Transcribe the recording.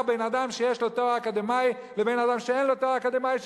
בין אדם שיש לו תואר אקדמי לבין אדם שאין לו תואר אקדמי,